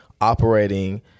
operating